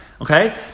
Okay